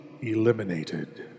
eliminated